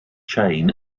chain